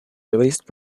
released